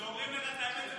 כשאומרים לך את האמת זה מפריע?